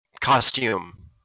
costume